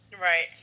Right